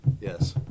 Yes